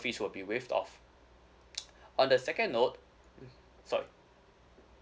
fees will be waived off on the second note mm sorry